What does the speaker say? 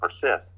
persist